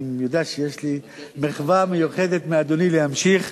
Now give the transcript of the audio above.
אני יודע שיש לי מחווה מיוחדת מאדוני להמשיך,